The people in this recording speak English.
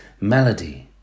melody